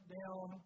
down